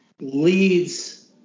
leads